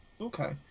Okay